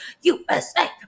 usa